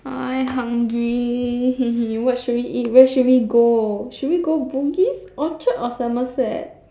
I hungry what should we eat where should we go should we go Bugis Orchard or Somerset